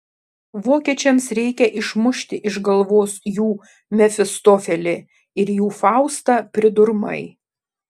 vokiečiams reikia išmušti iš galvos jų mefistofelį ir jų faustą pridurmai